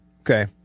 Okay